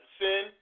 sin